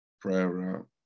prayer